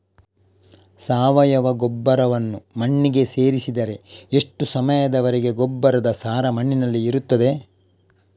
ಸಾವಯವ ಗೊಬ್ಬರವನ್ನು ಮಣ್ಣಿಗೆ ಸೇರಿಸಿದರೆ ಎಷ್ಟು ಸಮಯದ ವರೆಗೆ ಗೊಬ್ಬರದ ಸಾರ ಮಣ್ಣಿನಲ್ಲಿ ಇರುತ್ತದೆ?